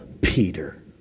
Peter